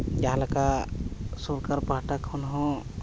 ᱡᱟᱦᱟᱸ ᱞᱮᱠᱟ ᱥᱚᱨᱠᱟᱨ ᱯᱟᱦᱴᱟ ᱠᱷᱚᱱ ᱦᱚᱸ